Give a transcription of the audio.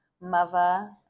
mother